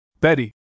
Betty